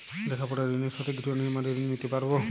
লেখাপড়ার ঋণের সাথে গৃহ নির্মাণের ঋণ নিতে পারব?